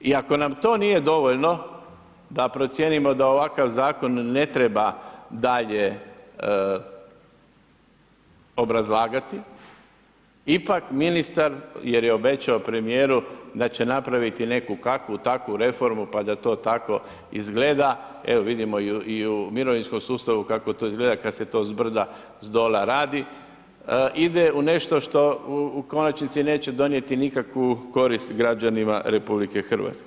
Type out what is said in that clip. I ako nam to nije dovoljno da procijenimo da ovakav zakon ne treba dalje obrazlagati, ipak ministar, jer je obećao premijeru da će napraviti neku kakvu takvu reformu pa da to tako izgleda, evo vidimo i u mirovinskom sustavu kako to izgleda kad se to zbrda zdola radi, ide u nešto što u konačnici neće donijeti nikakvu koristi građanima RH.